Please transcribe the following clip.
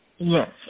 Yes